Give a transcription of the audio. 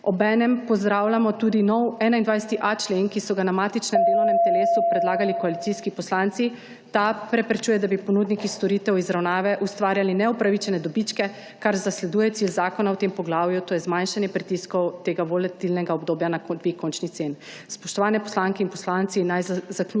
Obenem pozdravljamo tudi nov 21.a člen, ki so ga na matičnem delovnem telesu predlagali koalicijski poslanci. Ta preprečuje, da bi ponudniki storitev izravnave ustvarjali neupravičene dobičke, kar zasleduje cilj zakona v tem poglavju, to je zmanjšanje pritiskov tega volatilnega obdobja na dvig končnih cen. Spoštovane poslanke in poslanci! Naj zaključim